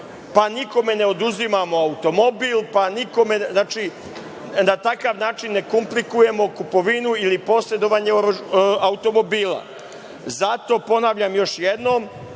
pa nikome ne oduzimamo automobil, znači, na takav način ne komplikujemo kupovinu ili posedovanje automobila. Zato, ponavljam još jednom,